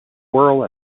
swirl